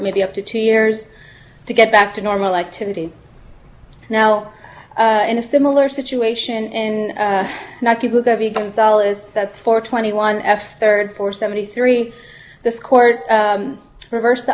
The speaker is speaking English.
maybe up to two years to get back to normal activity now in a similar situation in dollars that's for twenty one f third for seventy three this court reversed the